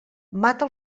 mata